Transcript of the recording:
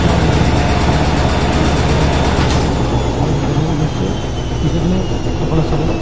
ನಾವು ಇವಾಗ ಏ ಏ ಕೊಟ್ಟಿಗೆ ಗೊಬ್ರದ ಮಾಡ್ತಾ ಇರೋದು ಆದರೆ ಜನಗಳಿಗೆ ಅಷ್ಟೇ ಇದನ್ನೇ ಬಳಸಿರಿ